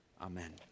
amen